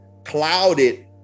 clouded